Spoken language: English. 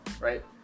right